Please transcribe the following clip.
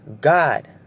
God